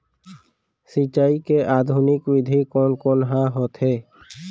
सिंचाई के आधुनिक विधि कोन कोन ह होथे?